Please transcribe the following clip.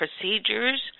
procedures